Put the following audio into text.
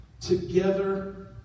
Together